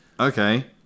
Okay